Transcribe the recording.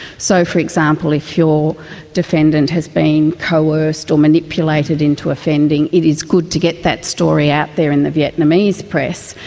so, for example, if your defendant has been coerced or manipulated into offending, it is good to get that story out there in the vietnamese press,